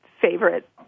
favorite